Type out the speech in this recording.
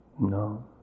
No